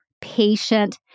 patient